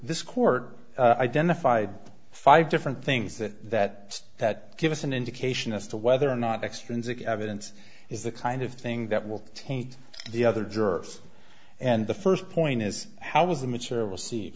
this court identified five different things that that that give us an indication as to whether or not extrinsic evidence is the kind of thing that will taint the other jerks and the first point is how was the mature we'll see